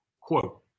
quote